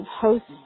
hosts